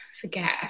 Forget